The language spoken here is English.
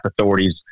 authorities